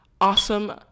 awesome